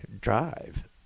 drive